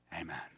Amen